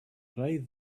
play